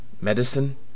Medicine